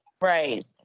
Right